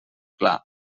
clar